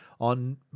on